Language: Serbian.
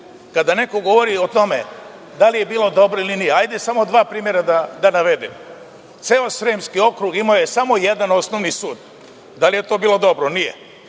neko govori o tome da li je bilo dobro ili nije, samo ću dva primera da navedem. Ceo Sremski okrug je imao samo jedan osnovni sud. Da li je to bilo dobro? Nije.